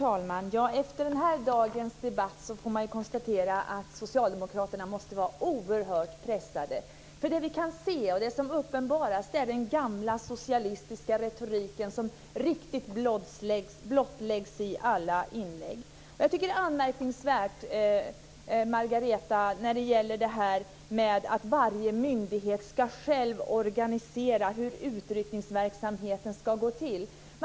Fru talman! Efter den här dagens debatt får man konstatera att socialdemokraterna måste vara oerhört pressade. Det som uppenbaras är den gamla socialistiska retoriken, som riktigt blottläggs i alla inlägg. Jag tycker, Margareta, att detta med att varje myndighet själv ska organisera hur utryckningsverksamhet ska gå till är anmärkningsvärt.